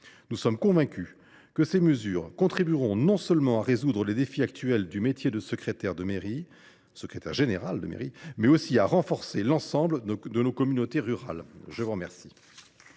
Nous sommes convaincus que ces mesures contribueront non seulement à résoudre les défis actuels du métier de secrétaire général de mairie, mais aussi à renforcer l’ensemble de nos communautés rurales. La parole